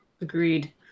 agreed